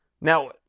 Now